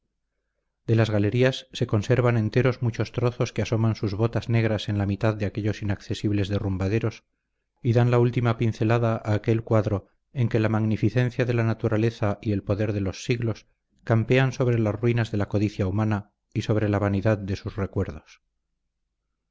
de las galerías se conservan enteros muchos trozos que asoman sus botas negras en la mitad de aquellos inaccesibles derrumbaderos y dan a la última pincelada a aquel cuadro en que la magnificencia de la naturaleza y el poder de los siglos campean sobre las ruinas de la codicia humana y sobre la vanidad de sus recuerdos